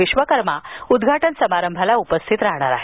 विश्वकर्मा उद्घाटन समारंभाला उपस्थित राहणार आहेत